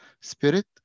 spirit